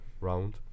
round